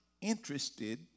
interested